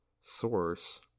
source